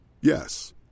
Yes